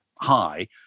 high